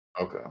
Okay